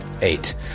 Eight